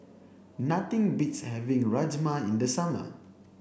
nothing beats having Rajma in the summer